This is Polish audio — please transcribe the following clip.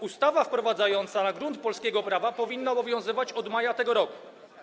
Ustawa wprowadzająca ją na grunt polskiego prawa powinna obowiązywać od maja tego roku.